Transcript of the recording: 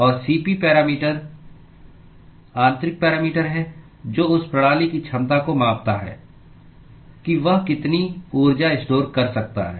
और Cp parameter आंतरिक parameter है जो उस प्रणाली की क्षमता को मापता है कि वह कितनी ऊर्जा स्टोर कर सकता है